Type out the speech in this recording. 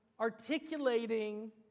articulating